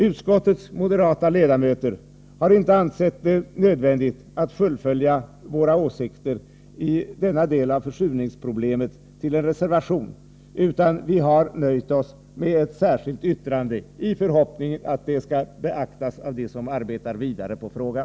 Utskottets moderata ledamöter har inte ansett det nödvändigt att fullfölja våra åsikter beträffande denna del av försurningsproblemen i en reservation, utan vi har nöjt oss med ett särskilt yttrande i förhoppning att det skall beaktas av dem som arbetar vidare på frågan.